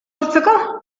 hartzeko